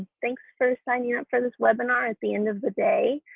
thanks for signing up for this webinar at the end of the day.